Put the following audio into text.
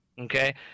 okay